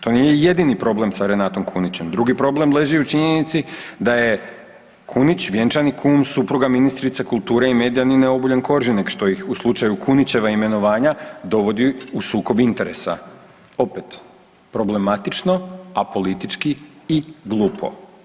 To nije jedini problem sa Renatom Kunićem, drugi problem leži u činjenici da je Kunić vjenčani kum supruga ministrice kulture i medija Nine Obuljan Koržinek što ih u slučaju Kunićeva imenovanja dovodi u sukob interesa, opet problematično, apolitički i glupo.